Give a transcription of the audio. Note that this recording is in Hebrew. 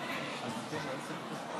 חבר הכנסת,